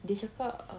dia cakap err